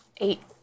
Eight